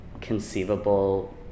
conceivable